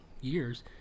years